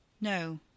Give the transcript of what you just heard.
No